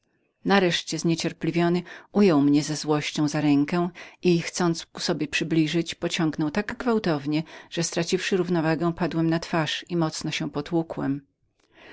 nareszcie zniecierpliwiony ujął mnie za ręce i chcąc ku sobie przybliżyć popchnął tak gwałtownie że niemogąc utrzymać się na palcach padłem na twarz i mocno się potłukłem